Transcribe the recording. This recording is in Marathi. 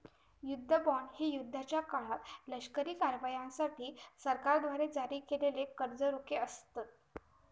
युद्ध बॉण्ड हे युद्धाच्या काळात लष्करी कारवायांसाठी सरकारद्वारे जारी केलेले कर्ज रोखे असतत